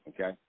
Okay